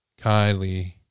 Kylie